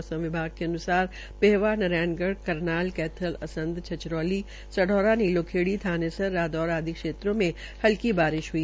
मौसम विभाग के अनुसार पेहवा नारायणगढ़ करनाल करनाल कैथल असंध छछरौती सढौरा नीलोखेड़ीथानेसर रादौर आदि क्षेत्रों मे हल्की बारिश हुई